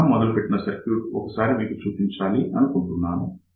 మనం మొదలుపెట్టిన సర్క్యూట్ ఒకసారి మీకు చూపించాలి అని అనుకుంటున్నాను